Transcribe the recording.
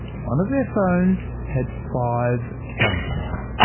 one of their phones had five cameras.